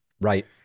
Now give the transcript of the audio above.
Right